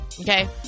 Okay